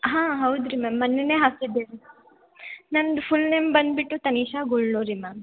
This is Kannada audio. ಹಾಂ ಹೌದು ರೀ ಮ್ಯಾಮ್ ಮೊನ್ನೆನೇ ಹಾಕಿದ್ದೆ ನಂದು ಫುಲ್ ನೇಮ್ ಬಂದು ಬಿಟ್ಟು ತನಿಷಾ ಗೊಳ್ಳೂರಿ ಮ್ಯಾಮ್